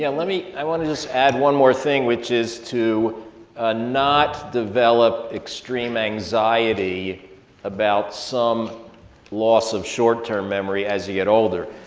yeah let me, i wanna just add one more thing which is to ah not develop extreme anxiety about some loss of short-term memory as you get older.